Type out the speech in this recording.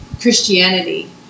Christianity